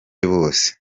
bose